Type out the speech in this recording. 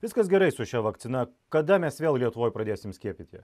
viskas gerai su šia vakcina kada mes vėl lietuvoj pradėsim skiepyt ja